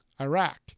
Iraq